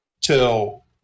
till